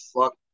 fuck